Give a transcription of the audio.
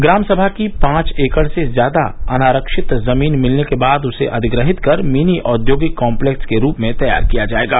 ग्राम सभा की पांच एकड़ से ज्यादा अनारक्षित जमीन मिलने के बाद उसे अधिग्रहीत कर मिनी औद्योगिक कांसेक्स के रूप में तैयार किया जाएगा